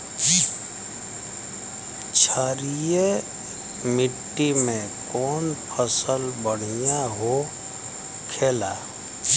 क्षारीय मिट्टी में कौन फसल बढ़ियां हो खेला?